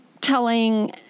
telling